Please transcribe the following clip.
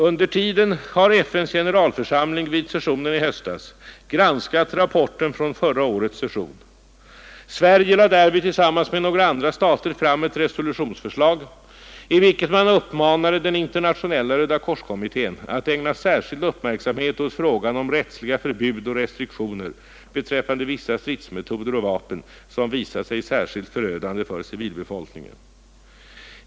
Under tiden har FN:s generalförsamling vid sessionen i höstas granskat rapporten från förra årets session. Sverige lade därvid tillsammans med några andra stater fram ett resolutionsförslag, i vilket man uppmanade den Internationella rödakorskommittén att ägna särskild uppmärksamhet åt frågan om rättsliga förbud och restriktioner beträffande vissa stridsmetoder och vapen som visat sig särskilt förödande för civilbefolkningen.